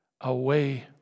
away